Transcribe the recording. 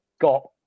got